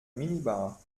minibar